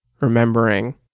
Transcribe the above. remembering